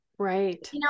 Right